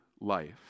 life